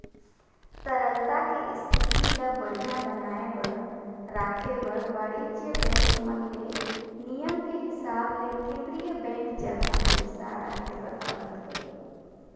तरलता के इस्थिति ल बड़िहा बनाये बर राखे बर वाणिज्य बेंक मन ले नियम के हिसाब ले केन्द्रीय बेंक जघा पइसा राखे बर परथे